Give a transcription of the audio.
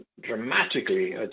dramatically